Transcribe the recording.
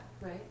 Right